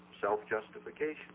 self-justification